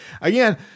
again